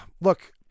look